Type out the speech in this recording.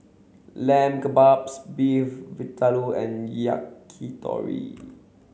Lamb Kebabs Beef Vindaloo and Yakitori